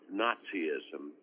nazism